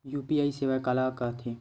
UPI सेवा काला कइथे?